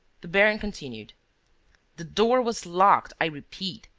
the baron continued the door was locked, i repeat.